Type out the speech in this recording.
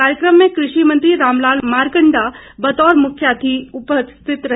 कार्यकम में कृषि मंत्री रामलाल मारकंडा बतौर मुख्यातिथि उपस्थित रहे